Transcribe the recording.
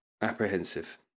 apprehensive